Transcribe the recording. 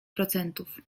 procentów